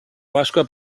pasqua